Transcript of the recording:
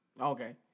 Okay